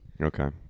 Okay